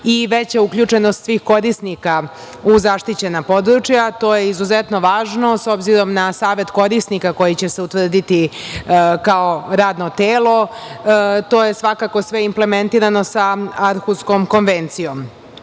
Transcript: i veća uključenost svih korisnika u zaštićena područja. To je izuzetno važno s obzirom na savet korisnika koji će se utvrditi kao radno telo. To je svakako sve implementirano sa Arkuskom konvencijom. Takođe,